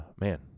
man